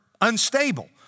Unstable